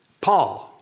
Paul